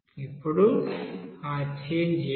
ఇప్పుడు ఆ చేంజ్ ఏమిటి